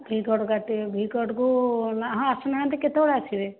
ଭି କଟ୍ କାଟିବେ ଭି କଟ୍କୁ ହଁ ଆସୁନାହାନ୍ତି କେତେବେଳେ ଆସିବେ